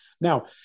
Now